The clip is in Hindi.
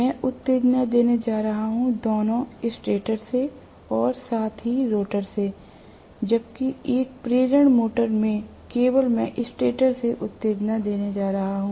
मैं उत्तेजना देने जा रहा हूं दोनों स्टेटर से और साथ ही रोटर सेजबकि एक प्रेरण मोटर में मैं केवल स्टेटर से उत्तेजना देने जा रहा हूं